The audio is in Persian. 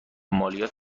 مالیات